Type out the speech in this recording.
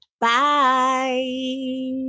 bye